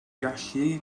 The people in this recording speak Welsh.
gallu